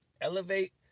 Elevate